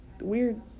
weird